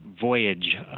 voyage